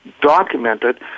documented